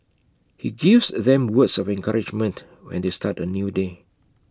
he gives them words of encouragement when they start A new day